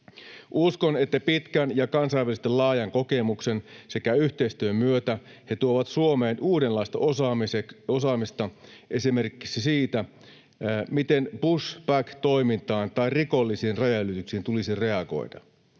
Uskon, että pitkän ja kansainvälisesti laajan kokemuksen sekä yhteistyön myötä he tuovat Suomeen uudenlaista osaamista esimerkiksi siitä, miten pushback-toimintaan tai rikollisiin rajanylityksiin tulisi reagoida.